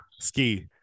Ski